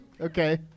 Okay